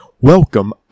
welcome